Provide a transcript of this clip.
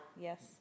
yes